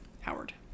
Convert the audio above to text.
Howard